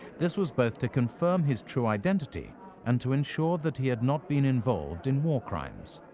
this was both to confirm his true identity and to ensure that he had not been involved in war crimes.